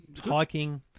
Hiking